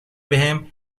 بهم